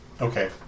Okay